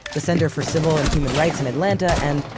the center for civil and human rights in atlanta, and,